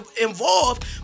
involved